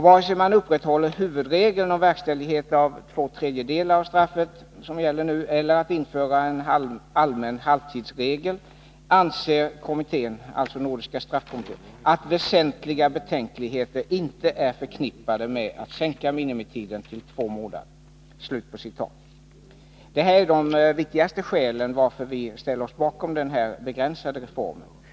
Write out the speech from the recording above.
Vare sig man upprätthåller huvudregeln om verkställighet av två tredjedelar av straffet eller inför en allmän halvtidsregel, anser kommittén att väsentliga betänkligheter inte är förknippade med att sänka minimitiden till två månader.” Dessa är de viktigaste skälen till att vi ställer oss bakom den här begränsade reformen.